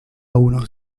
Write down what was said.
unos